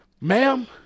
Ma'am